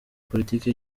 politiki